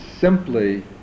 simply